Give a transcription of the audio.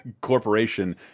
corporation